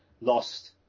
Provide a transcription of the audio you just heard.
lost